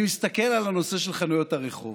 אני מסתכל על הנושא של חנויות הרחוב.